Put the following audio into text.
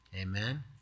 Amen